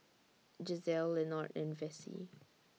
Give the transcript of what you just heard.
Gisele Lenord and Vessie